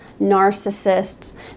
narcissists